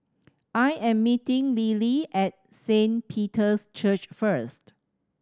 I am meeting Lillie at Saint Peter's Church first